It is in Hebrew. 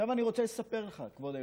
עכשיו אני רוצה לספר לך, כבוד היושב-ראש,